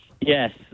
Yes